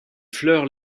fleurs